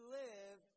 live